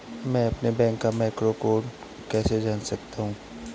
मैं अपने बैंक का मैक्रो कोड कैसे जान सकता हूँ?